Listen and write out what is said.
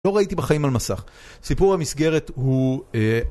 לא ראיתי בחיים על מסך, סיפור המסגרת הוא...